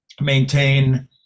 maintain